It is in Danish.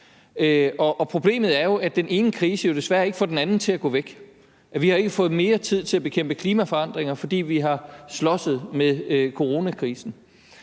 Og problemet er jo, at den ene krise desværre ikke får den anden til at gå væk. Vi har ikke fået mere tid til at bekæmpe klimaforandringer, fordi vi har slåsset med coronakrisen.